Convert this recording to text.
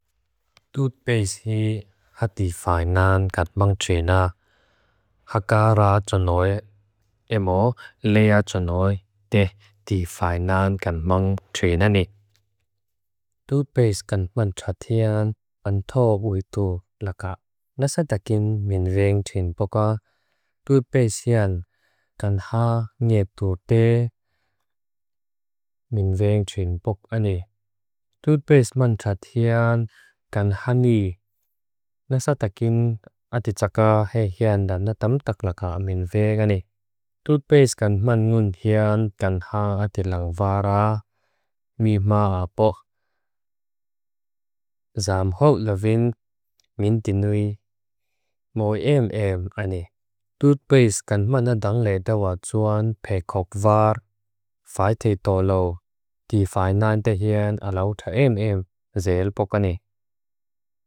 Dut peis hi ha tifay nan kan mong chena ha gara chanoi e mo leya chanoi de tifay nan kan mong chena ni. Dut peis kan mong chatian antho uitu laka nasadakim minveng chen poka. Dut peis yan kanha ngep tu te minveng chen poka ni. Dut peis man chatian kanha ni nasadakim ati chakha he. Hiyan nan natam taklaka minvega ni dut peis kan man ngun hiyan kanha ati langvara mi. Maa poka dut peis kan man nan dan leya da wa chuan pe kokvara faiti to lu di fay nan de hiyan a lauta emem ze el poka ni.